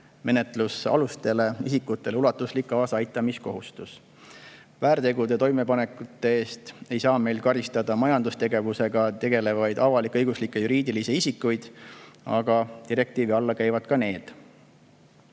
menetlusalustele isikutele ulatuslik kaasaaitamiskohustus. Väärtegude toimepanekute eest ei saa meil karistada majandustegevusega tegelevaid avalik-õiguslikke juriidilisi isikuid, aga direktiivi alla käivad ka need.